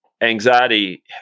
Anxiety